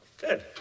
Good